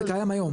זה קיים היום.